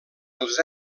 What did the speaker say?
els